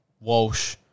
Walsh